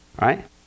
right